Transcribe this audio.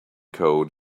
code